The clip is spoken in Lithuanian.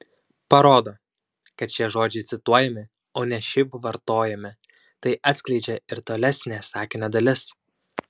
parodo kad šie žodžiai cituojami o ne šiaip vartojami tai atskleidžia ir tolesnė sakinio dalis